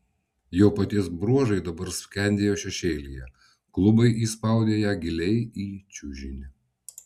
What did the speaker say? jo paties bruožai dabar skendėjo šešėlyje klubai įspaudė ją giliai į čiužinį